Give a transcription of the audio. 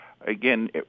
Again